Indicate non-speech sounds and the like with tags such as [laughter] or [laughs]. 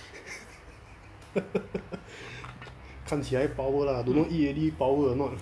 [laughs] 看起来 power ah don't know eat already power or not